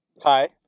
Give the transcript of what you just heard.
Hi